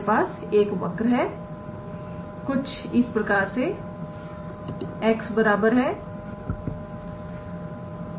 हमारे पास एक वक्र है कुछ इस प्रकार से x बराबर है